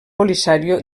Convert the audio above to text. polisario